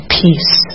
peace